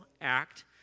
act